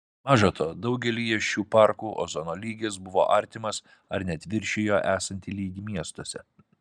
maža to daugelyje šių parkų ozono lygis buvo artimas ar net viršijo esantį lygį miestuose